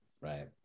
Right